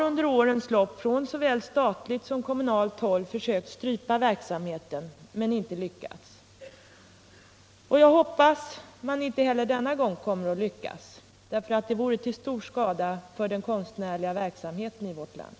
Under årens lopp har från såväl statligt som kommunalt håll försök gjorts att strypa verksamheten, men detta har inte lyckats. Jag hoppas att sådana försök inte heller denna gång kommer att lyckas; det skulle vara till stor skada för den konstnärliga verksamheten i vårt land.